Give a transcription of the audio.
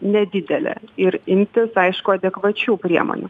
nedidelė ir imtis aišku adekvačių priemonių